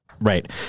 Right